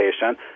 patient